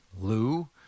Lou